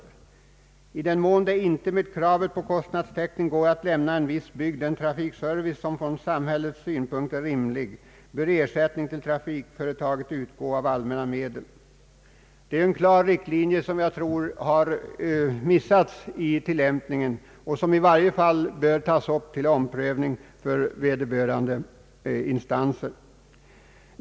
Vidare uttalades att i den mån det inte inom ramen för kostnaderna går att lämna en viss bygd den trafikservice som från samhällssynpunkt är rimlig bör ersättning till trafikföretaget utgå av allmänna medel. Det är en klar linje som jag tror inte tillämpats som den borde och som i varje fall bör tas upp till omprövning inom vederbörande instanser.